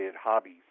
hobbies